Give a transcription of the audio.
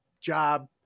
job